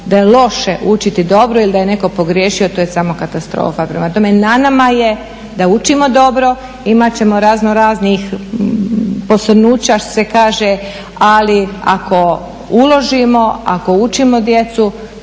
da je loše učiti dobro ili da je netko pogriješio, to je samo katastrofa. Prema tome, na nama je da učimo dobro, imat ćemo raznoraznih posrnuća što se kaže, ali ako uložimo, ako učimo djecu